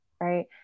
right